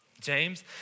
James